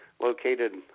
Located